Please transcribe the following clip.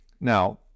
Now